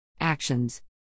Actions